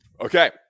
Okay